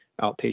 outpatient